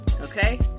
Okay